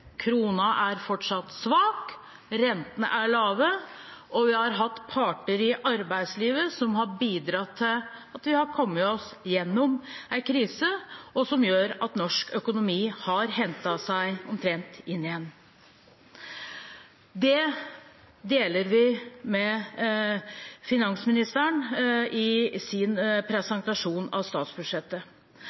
kronen er fortsatt svak, rentene er lave. Vi har hatt parter i arbeidslivet som har bidratt til at vi har kommet oss gjennom en krise, og som gjør at norsk økonomi omtrent har hentet seg inn igjen. Det deler vi med finansministeren i hennes presentasjon av statsbudsjettet.